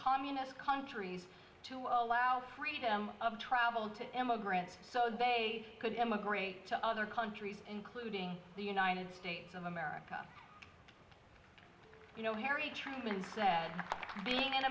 communist countries to allow freedom of travel to immigrants so they could emigrate to other countries including the united states of america you know harry truman said being an